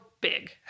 big